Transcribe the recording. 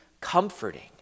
comforting